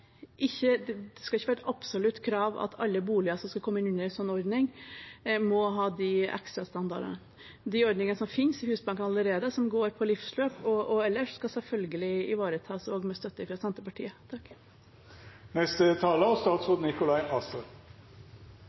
Det skal ikke være et absolutt krav at alle boliger som skal komme inn under en slik ordning, må ha de ekstrastandardene. De ordningene som allerede finnes i Husbanken, som går på livsløp og ellers, skal selvfølgelig ivaretas – også med støtte fra Senterpartiet.